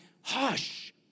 hush